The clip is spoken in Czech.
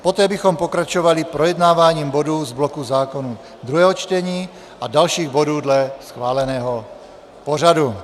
Poté bychom pokračovali projednáváním bodů z bloku zákonů druhého čtení a dalších bodů dle schváleného pořadu.